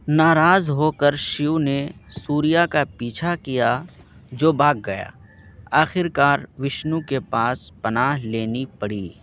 ناراض ہو کر شیو نے سوریا کا پیچھا کیا جو بھاگ گیا آخر کار وشنو کے پاس پناہ لینی پڑی